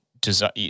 design